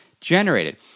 generated